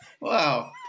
Wow